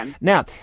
Now